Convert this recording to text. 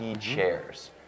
chairs